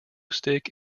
stick